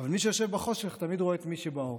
אבל מי שיושב בחושך, תמיד רואה את מי שרואה באור.